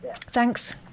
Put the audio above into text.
Thanks